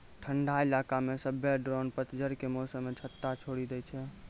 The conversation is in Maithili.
ठंडा इलाका मे सभ्भे ड्रोन पतझड़ो के मौसमो मे छत्ता छोड़ि दै छै